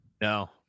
no